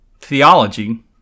theology